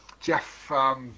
Jeff